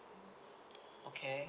okay